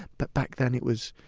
but back then it was,